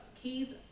keys